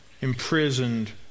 imprisoned